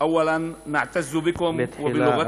להלן תרגומם הסימולטני לעברית: תחילה,